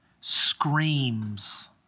screams